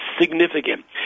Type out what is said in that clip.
significant